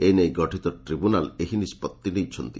ଏ ନେଇ ଗଠିତ ଟ୍ରିବ୍ୟୁନାଲ ଏହି ନିଷ୍ବଉି ନେଇଛନ୍ତି